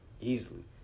easily